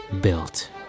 built